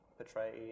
portray